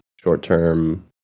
short-term